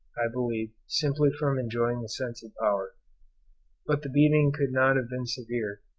i believe, simply from enjoying the sense of power but the beating could not have been severe,